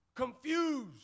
confused